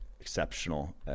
exceptional